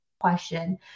question